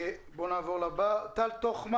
גיל אמיד